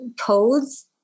codes